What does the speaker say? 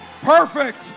Perfect